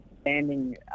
standing